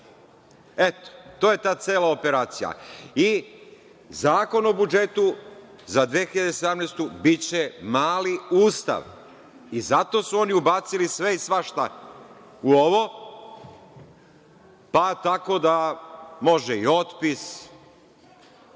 Eto, to je ta cela operacija. Zakon o budžetu za 2017. godinu biće mali Ustav i zato su oni ubacili sve i svašta u ovo, pa tako da može i otpis,